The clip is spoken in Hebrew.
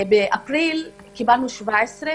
באפריל קיבלנו 17,